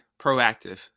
proactive